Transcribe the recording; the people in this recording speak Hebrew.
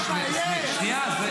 שנייה.